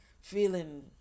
feeling